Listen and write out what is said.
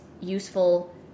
useful